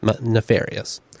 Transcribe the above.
nefarious